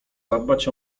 zadbać